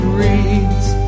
reads